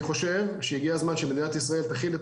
אני חושב שהגיע הזמן שמדינת ישראל תחיל את